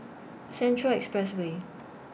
Central Expressway